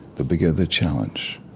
the bigger the challenge,